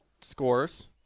scores